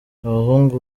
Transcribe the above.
abahungu